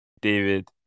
David